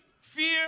fear